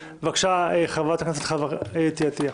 בבקשה, חברת הכנסת חוה אתי עטיה.